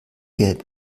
gelb